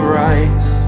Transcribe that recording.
rise